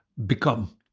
become.